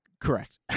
Correct